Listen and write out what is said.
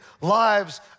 lives